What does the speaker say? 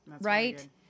right